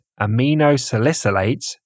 aminosalicylates